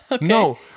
No